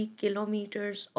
kilometers